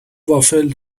وافل